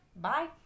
bye